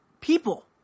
people